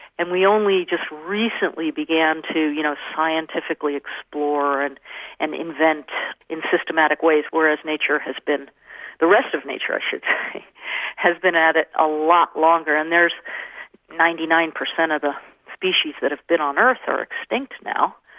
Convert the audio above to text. and we only just recently began to you know scientifically explore and and invent in systematic ways, whereas nature has been the rest of nature i should say has been at it it a lot longer, and there's ninety nine percent of the species that have been on earth are extinct now,